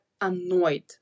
annoyed